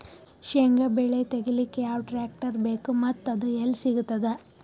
ಶೇಂಗಾ ಬೆಳೆ ತೆಗಿಲಿಕ್ ಯಾವ ಟ್ಟ್ರ್ಯಾಕ್ಟರ್ ಬೇಕು ಮತ್ತ ಅದು ಎಲ್ಲಿ ಸಿಗತದ?